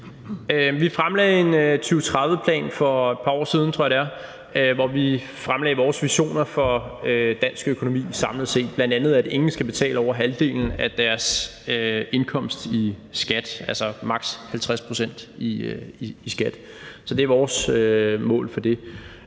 Vi fremlagde en 2030-plan for et par år siden, tror jeg det er, hvori vi fremlagde vores visioner for dansk økonomi samlet set, bl.a. at ingen skal betale over halvdelen af deres indkomst i skat, altså maks. 50 pct. i skat. Så det er vores mål for det.